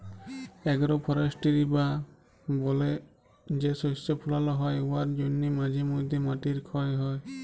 agro forestry বা বলে যে শস্য ফলাল হ্যয় উয়ার জ্যনহে মাঝে ম্যধে মাটির খ্যয় হ্যয়